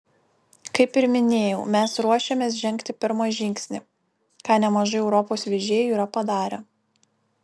kaip ir minėjau mes ruošiamės žengti pirmą žingsnį ką nemažai europos vežėjų yra padarę